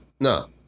No